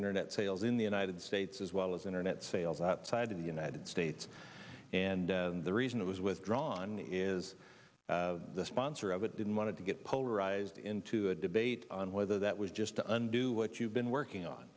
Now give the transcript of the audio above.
internet sales in the united states as well as internet sales outside of the united states and the reason it was withdrawn is the sponsor of it didn't want to get polarized into a debate on whether that was just the un do what you've been working on